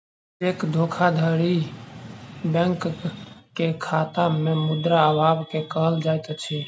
cheque धोखाधड़ी बैंकक खाता में मुद्रा अभाव के कहल जाइत अछि